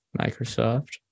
microsoft